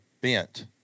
bent